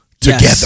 together